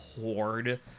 horde